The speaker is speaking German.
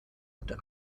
unter